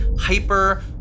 hyper